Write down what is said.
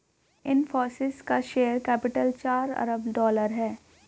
इनफ़ोसिस का share capital चार अरब डॉलर है